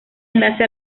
enlace